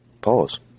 Pause